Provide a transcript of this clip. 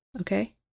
Okay